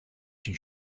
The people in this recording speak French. une